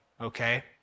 Okay